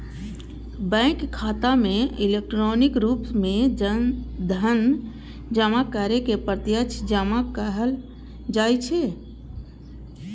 bank खाता मे electronic रूप मे धन जमा करै के प्रत्यक्ष जमा कहल जाइ छै